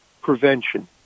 prevention